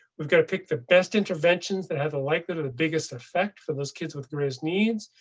we've got to pick the best interventions that have a like that of the biggest effect for those kids with greatest needs.